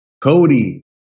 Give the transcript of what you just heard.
Cody